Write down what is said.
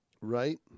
Right